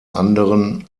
anderen